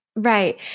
Right